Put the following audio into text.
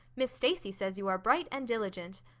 miss stacy says you are bright and diligent.